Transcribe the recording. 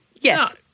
Yes